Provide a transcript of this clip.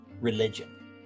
religion